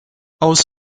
aus